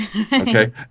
okay